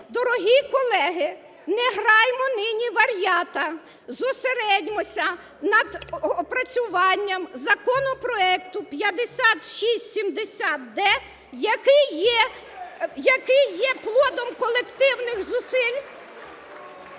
Дорогі колеги, не граймо нині вар'ята, зосередьмося над опрацюванням законопроекту 5670-д, який є плодом колективних зусиль,